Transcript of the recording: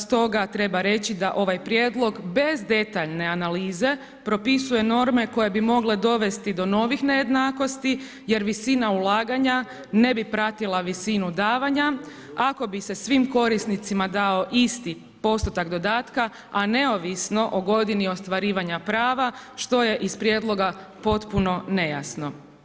Stoga treba reći da ovaj Prijedlog bez detaljne analize propisuje norme koje bi mogle dovesti do novih nejednakosti jer visina ulaganja ne bi pratila visinu davanja, ako bi se svim korisnicima dao isti postotak dodatka, a neovisno o godini ostvarivanja prava, što je iz Prijedloga potpuno nejasno.